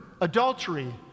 adultery